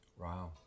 Wow